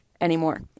anymore